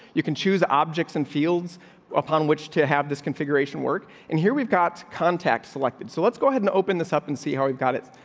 you can choose objects and fields upon which to have this configuration work, and here we've got contact selected. so let's go ahead and open this up and see how it got it,